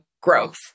growth